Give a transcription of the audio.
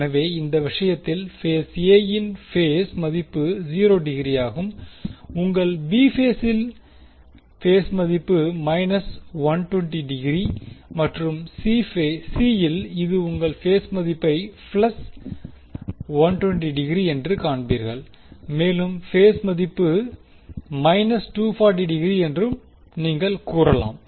எனவே இந்த விஷயத்தில் பேஸ் ஏ யின் பேஸ் மதிப்பு 0 டிகிரி ஆகும் உங்கள் பி பேசில் பேஸ்மதிப்பு மைனஸ் 120 டிகிரி மற்றும் சி இல் உங்கள் பேஸ் மதிப்பை பிளஸ் 120 டிகிரி என்று காண்பீர்கள் மேலும் பேஸ் மதிப்பு மைனஸ் 240 டிகிரி என்று நீங்கள் கூறலாம்